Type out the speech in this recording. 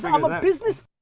so i'm a business